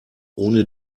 ohne